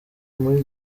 muri